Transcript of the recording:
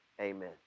amen